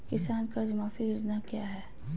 किसान कर्ज माफी योजना क्या है?